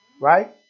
Right